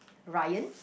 Ryan